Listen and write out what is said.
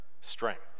strength